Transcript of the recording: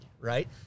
Right